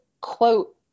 quote